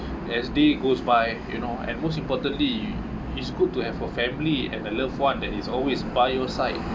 as day goes by you know and most importantly is good to have a family and a loved [one] that is always by your side